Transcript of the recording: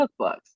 cookbooks